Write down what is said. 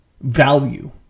value